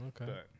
Okay